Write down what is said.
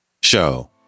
Show